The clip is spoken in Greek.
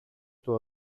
του